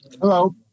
Hello